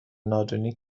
نادونی